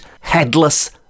headless